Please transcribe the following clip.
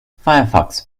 firefox